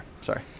Sorry